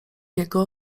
jego